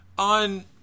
On